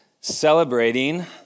celebrating